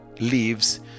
leaves